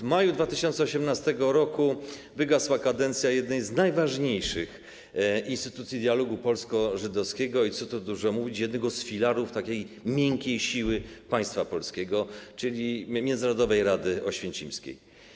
W maju 2018 r. wygasła kadencja jednej z najważniejszych instytucji dialogu polsko-żydowskiego i, co tu dużo mówić, jednego z filarów takiej miękkiej siły państwa polskiego, czyli Międzynarodowej Rady Oświęcimskiej.